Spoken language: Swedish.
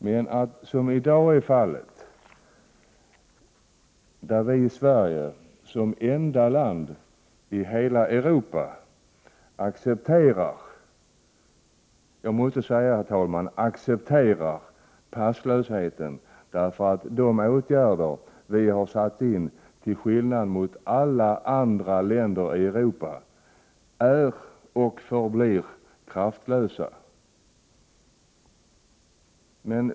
Men i dag accepterar — jag måste, herr talman, säga accepterar — Sverige som enda land i Europa passlösheten, eftersom de åtgärder som man i Sverige har vidtagit, till skillnad mot de åtgärder som har vidtagits i andra länder, är kraftlösa.